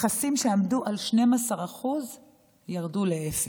מכסים שעמדו על 12% ירדו לאפס.